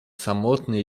samotny